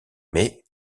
mais